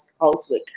housework